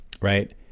right